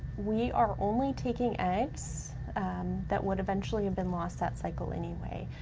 we are only taking eggs um that would eventually have been lost that cycle anyway.